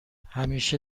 همیشه